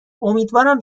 امیدوارم